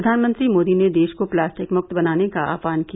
प्रघानमंत्री मोदी ने देश को प्लास्टिक मुक्त बनाने का आहवान किया